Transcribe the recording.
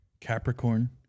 Capricorn